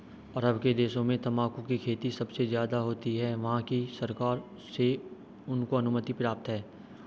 अरब के देशों में तंबाकू की खेती सबसे ज्यादा होती है वहाँ की सरकार से उनको अनुमति प्राप्त है